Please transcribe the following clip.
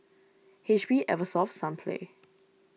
H P Eversoft Sunplay